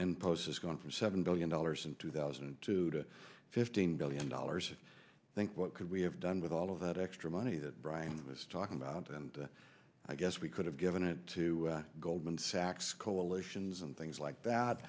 and poses going for seven billion dollars in two thousand and two to fifteen billion dollars think what could we have done with all of that extra money that brian was talking about and i guess we could have given it to goldman sachs coalitions and things like that